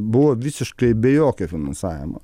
buvo visiškai be jokio finansavimo